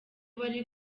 bari